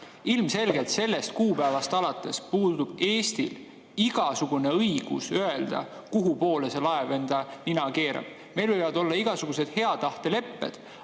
Ilmselgelt sellest kuupäevast alates puudub Eestil igasugune õigus öelda, kuhu poole see laev enda nina keerab. Meil võivad olla igasugused hea tahte lepped,